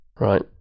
Right